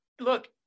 look